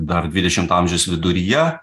dar dvidešimto amžiaus viduryje